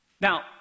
Now